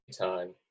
time